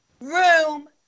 Room